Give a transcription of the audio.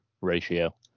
ratio